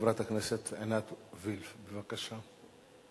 חברת הכנסת עינת וילף, בבקשה.